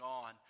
on